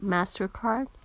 Mastercard